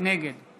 נגד